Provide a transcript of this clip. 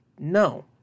No